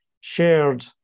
shared